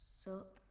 sir,